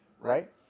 right